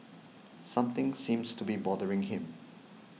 something seems to be bothering him